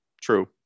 True